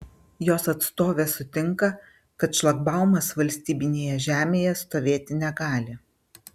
jos atstovė sutinka kad šlagbaumas valstybinėje žemėje stovėti negali